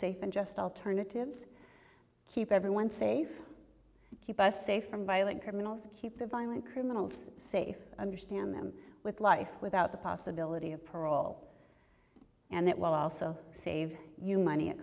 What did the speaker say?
safe and just alternatives keep everyone safe keep us safe from violent criminals keep the violent criminals safe understand them with life without the possibility of parole and that will also save you money it